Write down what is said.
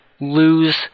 lose